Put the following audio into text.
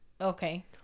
Okay